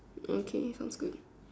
okay sounds good